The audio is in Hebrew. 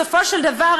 בסופו של דבר,